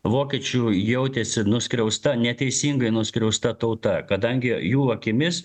vokiečių jautėsi nuskriausta neteisingai nuskriausta tauta kadangi jų akimis